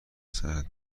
سرد